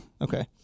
Okay